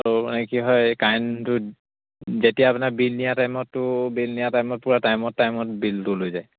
ত' মানে কি হয় কাৰেণ্টটো যেতিয়া আপোনাৰ বিল দিয়া টাইমতটো বিল দিয়া টাইমত পূৰা টাইমত টাইমত বিলটো লৈ যায়